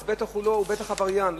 אז הוא ודאי עבריין,